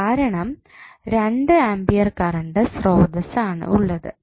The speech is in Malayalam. കാരണം രണ്ട് ആമ്പിയർ കറണ്ട് സ്രോതസ്സ് ആണ് ഉള്ളത്